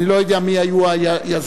אני לא יודע מי היו היזמים.